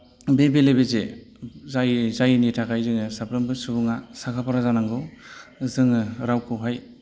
बे बेलेबेजे जायै जायैनि थाखायनो साफ्रोमबो सुबुंआ साखाफारा जानांगौ जोङो रावखौहाय